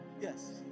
Yes